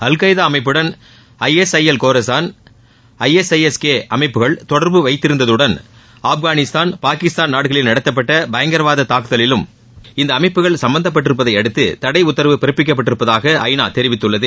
al Qaeda அமைப்புடன் I S I L Khorasan I S K ஆகிய அமைப்புகள் தொடர்பு வைத்திருந்ததுடன் ஆப்கானிஸ்தான் பாகிஸ்தான் நாடுகளில் நடத்தப்பட்ட பயங்கரவாத தாக்குதலிலும் இந்த அமைப்புகள் சம்பந்தப்பட்டிருப்பதையடுத்து தடை உத்தரவு பிறப்பிக்கப்பட்டிருப்பதாக ஐநா தெரிவித்துள்ளது